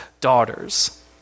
daughters